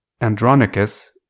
Andronicus